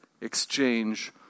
exchange